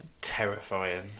Terrifying